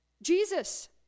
Jesus